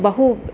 बहु